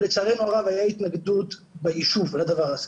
ולצערנו הרב היתה התנגדות ביישוב לדבר הזה.